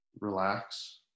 relax